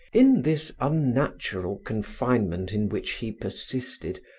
in this unnatural confinement in which he persisted,